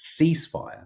ceasefire